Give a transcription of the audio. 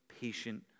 patient